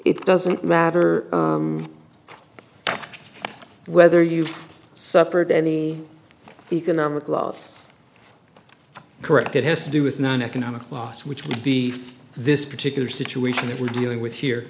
it doesn't matter whether you've suffered any economic loss correct it has to do with non economic loss which would be this particular situation that we're dealing with here